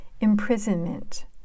imprisonment